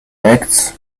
acts